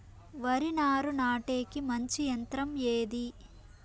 వరి నారు నాటేకి మంచి యంత్రం ఏది?